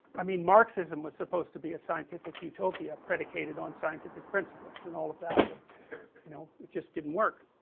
i mean marxism was supposed to be a scientific utopia predicated on scientific principles, and all of that, and you know, it just didn't work